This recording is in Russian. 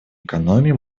экономии